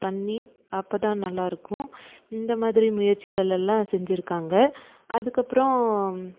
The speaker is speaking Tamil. பண்ணி அப்போ தான் நல்லாயிருக்கும் இந்த மாதிரி முயற்சிகளெல்லாம் செஞ்சுருக்காங்க அதுக்கப்றம்